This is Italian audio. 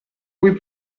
cui